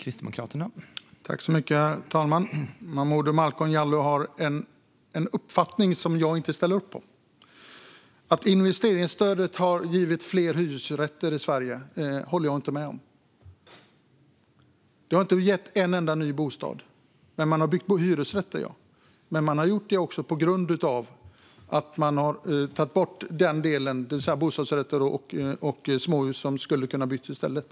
Herr talman! Momodou Malcolm Jallow har en uppfattning som jag inte ställer upp på. Att investeringsstödet har givit fler hyresrätter i Sverige håller jag inte med om. Det har inte gett en enda ny bostad. Ja, man har byggt hyresrätter, men man har gjort det på grund av att en annan del har tagits bort, nämligen bostadsrätter och småhus som hade kunnat byggas i stället.